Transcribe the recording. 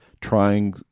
trying